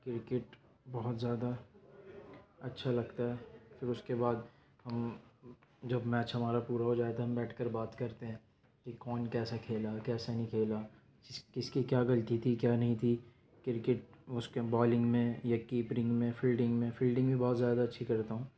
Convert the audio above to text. cricket بہت زیادہ اچھا لگتا ہے پھر اس کے بعد ہم جب میچ ہمارا پورا ہو جاٮٔے تو ہم بیٹھ کر بات کرتے ہیں کہ کون کیسا کھیلا ہے کیسا نہیں کھیلا کس کس کی کیا غلطی تھی کیا نہیں تھی کرکٹ اس کے بالنگ میں یا کیپرنگ میں فلڈنگ میں فلڈنگ بھی بہت زیادہ اچھی کرتا ہوں